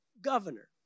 governor